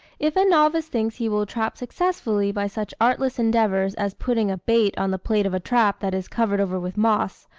if a novice thinks he will trap successfully by such artless endeavours as putting a bait on the plate of a trap that is covered over with moss,